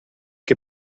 che